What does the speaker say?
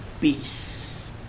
peace